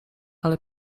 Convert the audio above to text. ale